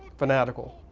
fanatical,